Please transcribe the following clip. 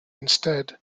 instead